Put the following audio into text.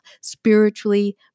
spiritually